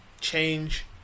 change